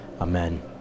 Amen